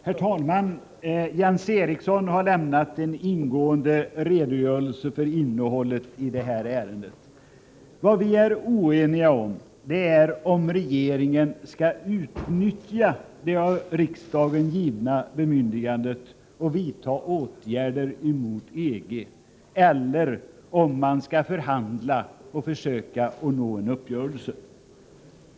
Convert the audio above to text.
Herr talman! Jens Eriksson har lämnat en ingående redogörelse för innehållet i detta ärende. Vad vi är oeniga om är huruvida regeringen skall utnyttja det av riksdagen givna bemyndigandet och vidta åtgärder mot EG eller om man skall förhandla och försöka nå en uppgörelse.